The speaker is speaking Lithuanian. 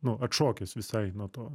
nu atšokęs visai nuo to